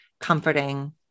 comforting